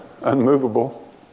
unmovable